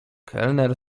kelner